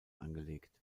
angelegt